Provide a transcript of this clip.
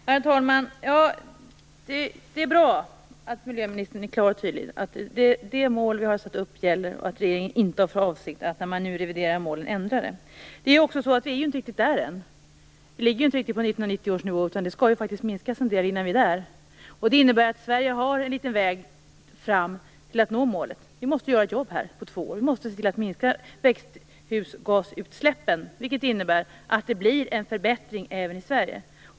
Herr talman! Det är bra att miljöministern är tydlig. Det mål som vi har satt upp gäller. Regeringen har inte för avsikt att ändra det när man nu reviderar målen. Men vi är inte riktigt där ännu; vi ligger inte riktigt på 1990 års nivå. Det skall faktiskt minskas en del innan vi är där. Det innebär att Sverige har en liten väg att gå innan man når målet. Vi måste göra ett jobb på två år. Vi måste se till att minska växthusgasutsläppen, vilket innebär att det blir en förbättring även i Sverige.